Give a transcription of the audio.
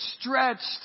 stretched